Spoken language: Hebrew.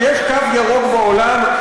יש קו ירוק בעולם.